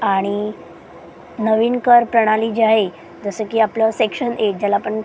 आणि नवीन करप्रणाली जी आहे जसं की आपलं सेक्शन ए ज्याला आपण